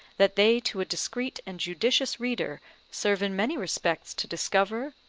that they to a discreet and judicious reader serve in many respects to discover,